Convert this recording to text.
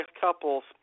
couples